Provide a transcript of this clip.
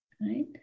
right